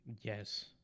Yes